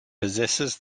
possesses